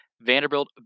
Vanderbilt